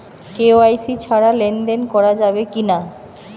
KYC ছাড়া লেনদেন করা যাবে কিনা?